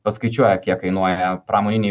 paskaičiuoja kiek kainuoja pramoniniai